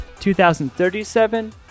2037